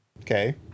Okay